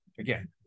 Again